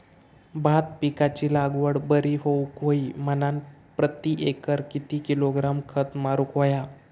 भात पिकाची लागवड बरी होऊक होई म्हणान प्रति एकर किती किलोग्रॅम खत मारुक होया?